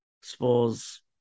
suppose